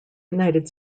united